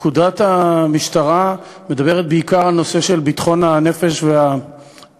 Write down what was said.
פקודת המשטרה מדברת בעיקר על נושא של ביטחון הנפש והרכוש.